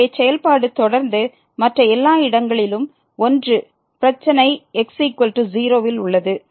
எனவே செயல்பாடு தொடர்ந்து மற்ற எல்லா இடங்களிலும் 1 பிரச்சனை x0 ல் உள்ளது